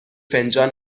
فنجان